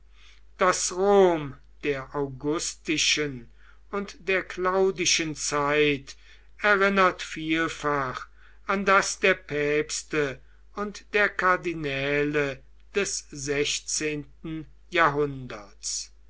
das rom der augustischen und der claudischen zeit erinnert vielfach an das der päpste und der kardinäle des sechzehnten jahrhunderts